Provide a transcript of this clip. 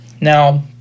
now